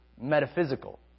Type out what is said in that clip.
metaphysical